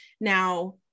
Now